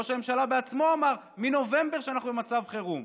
ראש הממשלה בעצמו אמר בנובמבר שאנחנו במצב חירום,